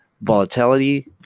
volatility